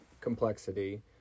complexity